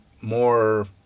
more